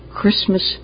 Christmas